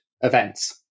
events